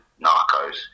narcos